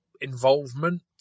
involvement